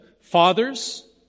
fathers